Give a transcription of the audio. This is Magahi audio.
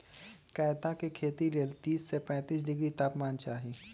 कैता के खेती लेल तीस से पैतिस डिग्री तापमान चाहि